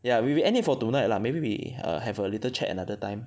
yah we we end it for tonight lah maybe we err have a little chat another time